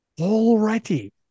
already